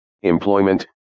employment